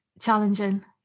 challenging